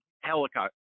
helicopter